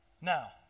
Now